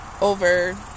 over